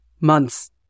months